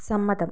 സമ്മതം